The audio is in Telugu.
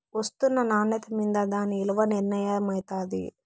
ఒస్తున్న నాన్యత మింద దాని ఇలున నిర్మయమైతాది